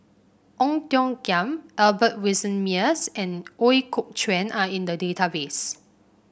Ong Tiong Khiam Albert Winsemius and Ooi Kok Chuen are in the database